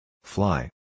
Fly